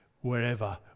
wherever